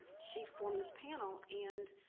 she formed this panel. and